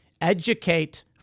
Educate